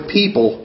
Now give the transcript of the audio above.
people